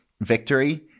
victory